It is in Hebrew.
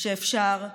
שאפשר לדמיין.